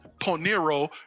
ponero